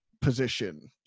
position